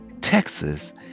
Texas